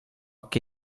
che